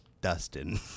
Dustin